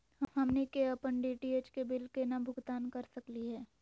हमनी के अपन डी.टी.एच के बिल केना भुगतान कर सकली हे?